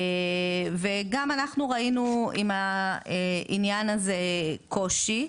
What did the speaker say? וגם אנחנו ראינו עם העניין הזה קושי.